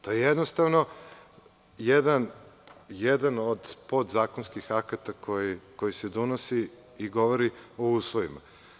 To je jednostavno jedan od podzakonskih akata koji se donosi i govori o uslovima.